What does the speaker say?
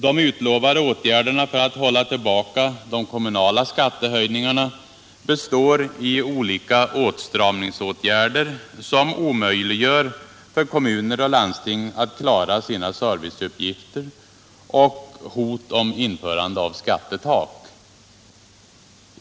De utlovade åtgärderna för att hålla tillbaka de kommunala skattehöjningarna består i olika åtstramningsåtgärder, som omöjliggör för kommuner och landsting att klara sina serviceuppgifter, och hot om införande av skattetak.